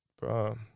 bro